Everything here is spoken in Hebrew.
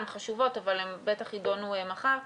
הן חשובות אבל בטח יידונו מחר.